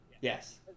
Yes